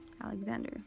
Alexander